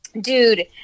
dude